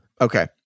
Okay